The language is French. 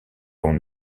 l’on